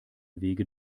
wege